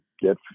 get